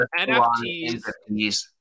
NFTs